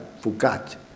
forgot